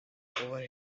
over